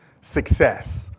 success